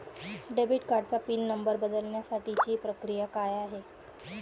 Debit कार्डचा pin number बदलण्यासाठीची प्रक्रिया काय आहे?